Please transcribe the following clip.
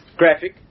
graphic